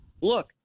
look